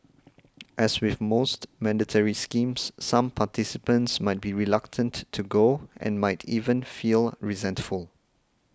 as with most mandatory schemes some participants might be reluctant to go and might even feel resentful